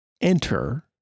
enter